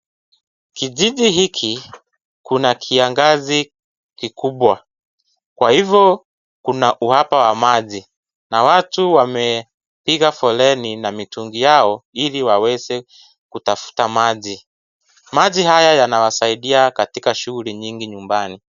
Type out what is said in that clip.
Kijiji hiki kuna kiangazi kikubwa, kwa hivyo kuna uhaba wa maji. Na watu wamepiga foleni na mitungi yao Ili waweze kutafuta maji. Maji haya yanawasaidia katika shughuli nyingi nyumbani.